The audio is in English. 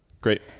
great